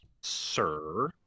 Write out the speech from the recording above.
Sir